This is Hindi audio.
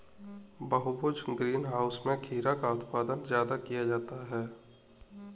बहुभुज ग्रीन हाउस में खीरा का उत्पादन ज्यादा किया जाता है